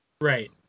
right